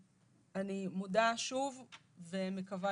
אני מודה שוב ומקווה